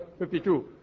52